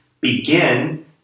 begin